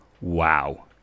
wow